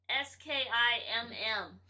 S-K-I-M-M